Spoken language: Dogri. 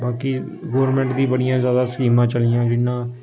बाकी गौरमैंट दी बड़ियां जैदा स्कीमां चली दियां जिन्नां